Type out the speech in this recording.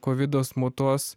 kovidas mutuos